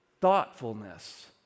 thoughtfulness